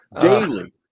Daily